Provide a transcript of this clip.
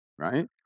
right